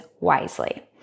wisely